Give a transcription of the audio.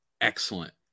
excellent